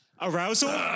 Arousal